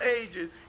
Ages